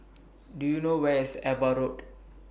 Do YOU know Where IS AVA Road